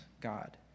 God